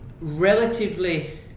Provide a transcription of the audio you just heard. relatively